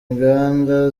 inganda